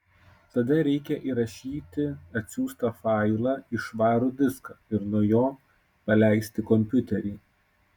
tada reikia įrašyti atsiųstą failą į švarų diską ir nuo jo paleisti kompiuterį